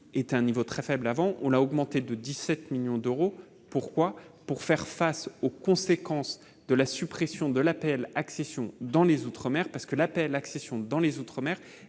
Est un niveau très faible avant on a augmenté de 17 millions d'euros, pourquoi, pour faire face aux conséquences de la suppression de l'APL accession dans les Outre-mer parce que la paix, l'accession dans les Outre-mer